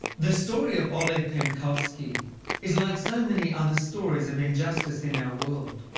the story of oleg penkovsky is like so many other stories of injustice in our world.